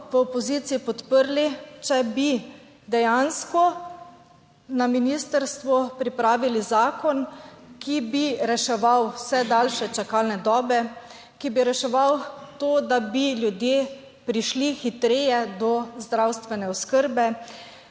v opoziciji podprli, če bi dejansko na ministrstvu pripravili zakon, ki bi reševal vse daljše čakalne dobe, ki bi reševal to, da bi ljudje prišli hitreje do zdravstvene oskrbe,